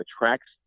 attracts